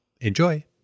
Enjoy